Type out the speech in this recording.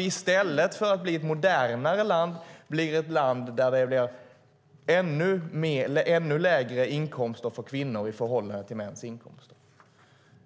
I stället för att Sverige blir ett modernare land blir Sverige ett land där kvinnorna får ännu lägre inkomster i förhållande till männen.